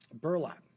burlap